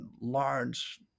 large